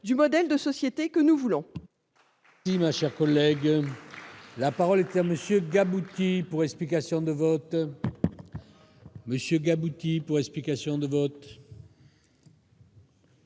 du modèle de société que nous voulons.